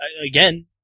again